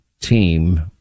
team